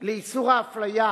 על איסור האפליה